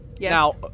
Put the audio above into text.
Now